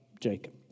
Jacob